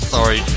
Sorry